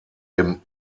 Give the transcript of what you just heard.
dem